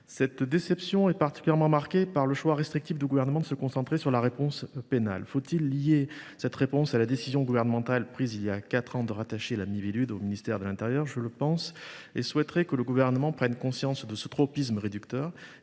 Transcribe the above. Cette déception est particulièrement marquée pour ce qui concerne le choix du Gouvernement de se concentrer sur la seule réponse pénale. Faut il lier cette approche à la décision gouvernementale, prise voilà quatre ans, de rattacher la Miviludes au ministère de l’intérieur ? Je le pense. Aussi souhaiterais je que le Gouvernement prenne conscience de ce tropisme réducteur